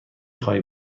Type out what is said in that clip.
خواهی